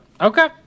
okay